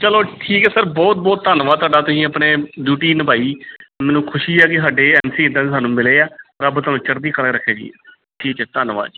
ਚਲੋ ਠੀਕ ਹੈ ਸਰ ਬਹੁਤ ਬਹੁਤ ਧੰਨਵਾਦ ਤੁਹਾਡਾ ਤੁਸੀਂ ਆਪਣੇ ਡਿਊਟੀ ਨਿਭਾਈ ਮੈਨੂੰ ਖੁਸ਼ੀ ਹੈ ਕਿ ਸਾਡੇ ਐਮ ਸੀ ਇੱਦਾਂ ਦੇ ਸਾਨੂੰ ਮਿਲੇ ਹੈ ਰੱਬ ਤੁਹਾਨੂੰ ਚੜ੍ਹਦੀ ਕਲਾ 'ਚ ਰੱਖੇ ਜੀ ਠੀਕ ਹੈ ਧੰਨਵਾਦ ਜੀ